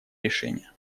решение